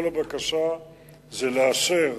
כל הבקשה היא לאשר